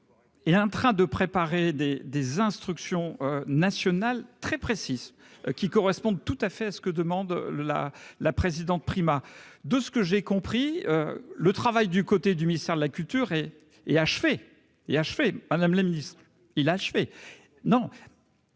et un train de préparer des des instructions nationales très précises qui correspondent tout à fait ce que demande la la présidente Prima de ce que j'ai compris le travail du côté du ministère de la culture et et achevée et achevé Madame la Ministre, il a achevé non.